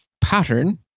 pattern